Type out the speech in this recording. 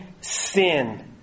sin